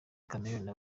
chameleone